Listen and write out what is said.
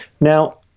Now